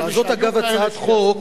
אמרתי שהיו כאלה,